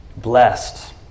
Blessed